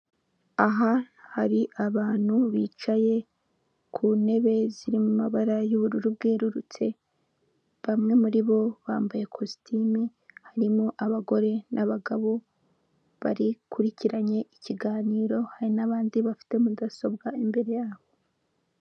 Aha hari abantu bicaye ku ntebe ziririmo amabara y'ubururu bwerurutse, bamwe muri bo bambaye kositimu harimo abagore n'abagabo bakurikiranye ikiganiro hari n'abandi bafite mudasobwa imbere yabo.